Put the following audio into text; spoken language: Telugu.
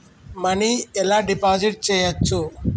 మనీ ఎలా డిపాజిట్ చేయచ్చు?